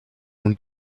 nun